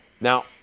Now